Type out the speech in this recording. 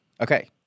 Okay